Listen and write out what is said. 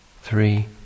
Three